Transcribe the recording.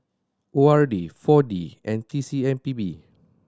O R D Four D and T C M P B